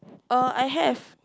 uh I have